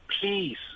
please